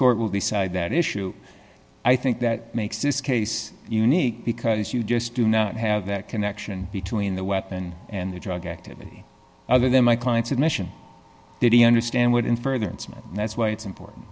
court will decide that issue i think that makes this case unique because you just do not have that connection between the weapon and the drug activity other than my client's admission did he understand what in further incident and that's why it's important